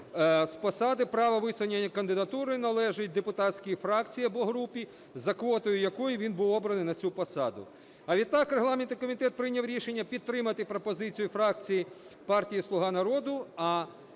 з посади право висунення кандидатури належить депутатській фракції або групі, за квотою якої він був обраний на цю посаду. А відтак регламентний комітет прийняв рішення підтримати пропозицію фракції партії "Слуга народу",